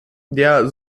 der